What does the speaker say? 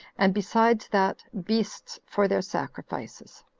and besides that, beasts for their sacrifices.